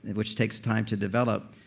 which takes time to develop,